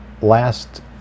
last